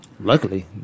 Luckily